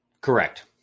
Correct